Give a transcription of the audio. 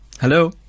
Hello